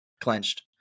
clenched